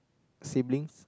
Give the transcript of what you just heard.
siblings